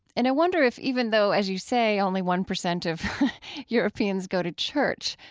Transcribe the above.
and i wonder if, even though, as you say, only one percent of europeans go to church,